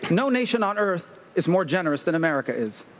no nation on earth is more generous than america is.